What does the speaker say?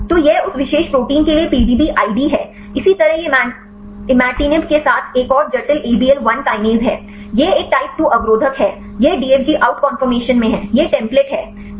तो यह उस विशेष प्रोटीन के लिए पीडीबी आईडी है इसी तरह यह Imatinib के साथ एक और जटिल ABL 1 Kinase है यह एक टाइप 2 अवरोधक है यह DFG आउट कंफॉर्मेशन में है यह टेम्प्लेट है